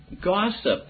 gossip